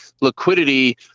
liquidity